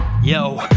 Yo